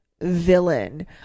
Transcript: villain